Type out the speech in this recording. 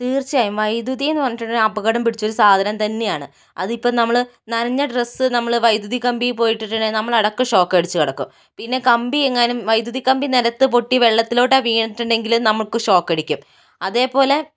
തീർച്ചയായും വൈദ്യുതി എന്ന് പറഞ്ഞിട്ടുണ്ടെങ്കിൽ അപകടം പിടിച്ച ഒരു സാധനം തന്നെയാണ് അതിപ്പോൾ നമ്മൾ നനഞ്ഞ ഡ്രസ്സ് നമ്മൾ വൈദ്യുതി കമ്പിയിൽ പോയി ഇട്ടിട്ടുണ്ടെങ്കിൽ നമ്മളടക്കം ഷോക്കടിച്ചു കിടക്കും പിന്നേ കമ്പിയെങ്ങാനും വൈദ്യുതി കമ്പി നിലത്തു പൊട്ടി വെള്ളത്തിലോട്ട് വീണിട്ടുണ്ടെങ്കിൽ നമുക്കും ഷോക്കടിക്കും അതേ പോലെ